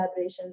collaborations